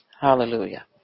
Hallelujah